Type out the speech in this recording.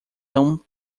tão